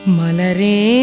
Malare